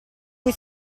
cui